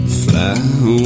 fly